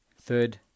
Third